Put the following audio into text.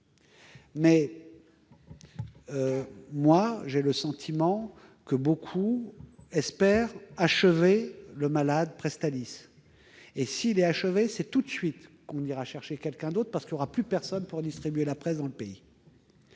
j'ai le sentiment que beaucoup espèrent achever le malade Presstalis. Et si tel est le cas, c'est tout de suite que l'on ira chercher quelqu'un d'autre, car il n'y aura alors plus personne pour distribuer la presse dans le pays.